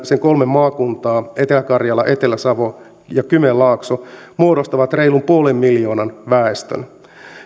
sen kolme maakuntaa etelä karjala etelä savo ja kymenlaakso muodostavat reilun puolen miljoonan väestön